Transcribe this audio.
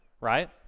right